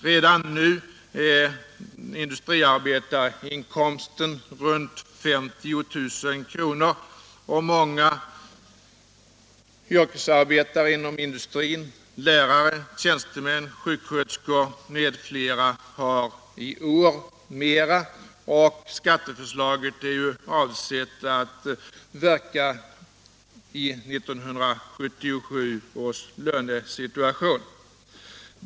Redan nu är industriarbetarinkomsten runt 50 000 kr., och många yrkesarbetare inom industrin, många lärare, tjänstemän, sjuksköterskor m.fl. har i år mera. Och skatteförslaget är ju avsett att verka i 1977 års lönesituation.